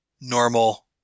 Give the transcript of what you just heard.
normal